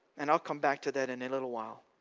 and i'll come back to that in a little while,